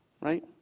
Right